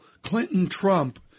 Clinton-Trump